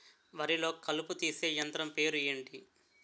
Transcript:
వరి లొ కలుపు తీసే యంత్రం పేరు ఎంటి?